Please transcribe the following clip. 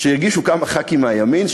שהגישו כמה חברי כנסת מהימין,